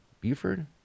Buford